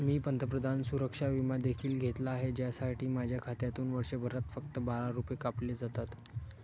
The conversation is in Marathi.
मी पंतप्रधान सुरक्षा विमा देखील घेतला आहे, ज्यासाठी माझ्या खात्यातून वर्षभरात फक्त बारा रुपये कापले जातात